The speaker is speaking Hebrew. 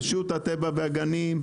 רשות הטבע והגנים,